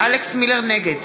נגד